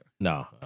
No